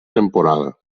temporada